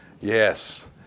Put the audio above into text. Yes